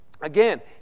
Again